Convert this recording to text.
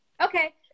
Okay